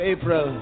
April